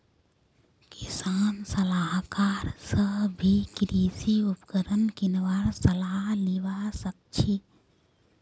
किसान सलाहकार स भी कृषि उपकरण किनवार सलाह लिबा सखछी